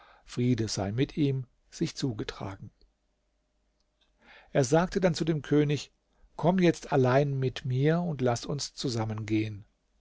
friede sei mit ihm sich zugetragen er sagte dann zu dem könig komm jetzt allein mit mir und laß uns zusammen gehen